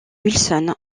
wilson